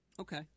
Okay